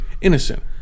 innocent